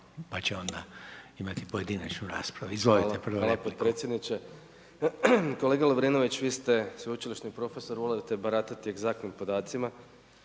pa će onda imati pojedinačnu raspravu. Izvolite prvo replika. **Hajduković, Domagoj (SDP)** Hvala potpredsjedniče. Kolega Lovrinović, vi ste sveučilišni profesor volite baratati egzaktnim podacima.